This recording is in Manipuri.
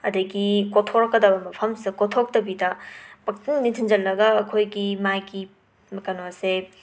ꯑꯗꯒꯤ ꯀꯣꯊꯣꯔꯛꯀꯗꯕ ꯃꯐꯝꯁꯤꯗ ꯀꯣꯊꯣꯛꯇꯕꯤꯗ ꯄꯪꯊꯤꯟꯗ ꯊꯤꯟꯖꯜꯂꯒ ꯑꯩꯈꯣꯏꯒꯤ ꯃꯥꯒꯤ ꯀꯩꯅꯣꯁꯦ